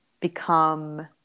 become